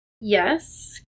Yes